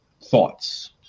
Thoughts